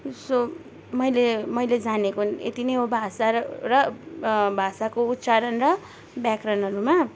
so मैले मैले जानेको यति नै हो भाषा र भाषाको उच्चारण र व्याकरणहरूमा